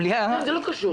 זה לא קשור.